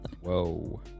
Whoa